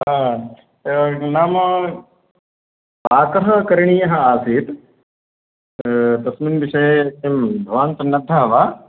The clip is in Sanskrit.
अ नाम पाकः करणीयः आसीत् तस्मिन् विषये एवं भवान् सन्नद्धः वा